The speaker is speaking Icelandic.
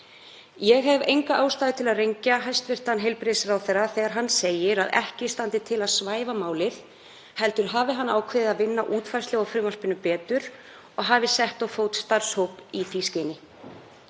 Ég hef enga ástæðu til að rengja hæstv. heilbrigðisráðherra þegar hann segir að ekki standi til að svæfa málið heldur hafi hann ákveðið að vinna útfærslu á frumvarpinu betur og hafi sett á fót starfshóp í því skyni.